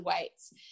weights